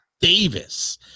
Davis